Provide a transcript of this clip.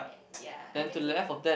ya I think so